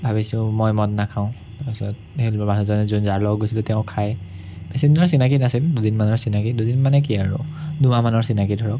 ভাবিছোঁ মই মদ নাখাওঁ তাৰপাছত মানুহজন যোন যাৰ লগত গৈছিলোঁ তেওঁ খায় বেছিদিনৰ চিনাকি নাছিল দুদিনমানৰ চিনাকি দুদিন মানে কি আৰু দুমাহমানৰ চিনাকি ধৰক